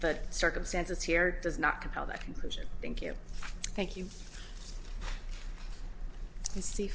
but circumstances here does not compel that conclusion thank you thank you and see